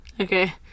Okay